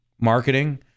marketing